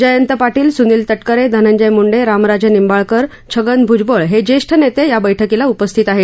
जयंत पाटील सुनील तटकरे धनंजय मुंडे रामराजे निबाळकर छगन भूजबळ हे ज्येष्ठ नेते या बैठकीला उपस्थित आहेत